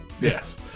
Yes